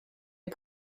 est